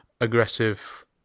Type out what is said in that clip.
aggressive